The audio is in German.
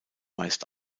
meist